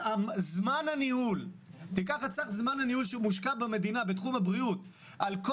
זמן הניהול שמושקע במדינה בתחום הבריאות על כל